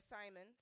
Simon